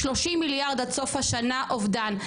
30 מיליארד עד סוף השנה אובדן.